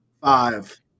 Five